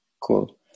cool